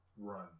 run